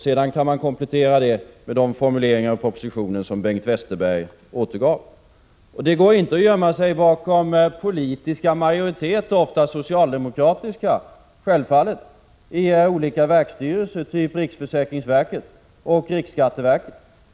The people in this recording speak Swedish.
Sedan kan man komplettera med de formuleringar i propositionen som Bengt Westerberg återgav. Det går inte att gömma sig bakom politiska majoriteter — självfallet oftast socialdemokratiska — i olika verksstyrelser typ riksförsäkringsverket och riksskatteverket.